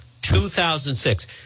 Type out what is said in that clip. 2006